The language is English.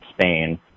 Spain